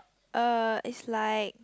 uh is like